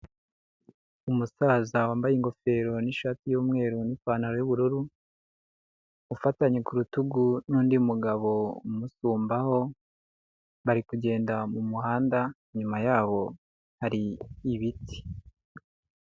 Umusaza wambaye ingofero, n'ishati y'umweru n'ipantaro y'ubururu, ufatanye ku rutugu n'undi mugabo umusumbaho, bari kugenda mu muhanda, inyuma yabo hari ibiti.